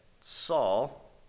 Saul